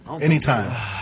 Anytime